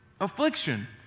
affliction